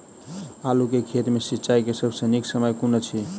आलु केँ खेत मे सिंचाई केँ सबसँ नीक समय कुन अछि?